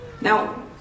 Now